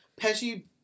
Pesci